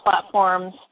platforms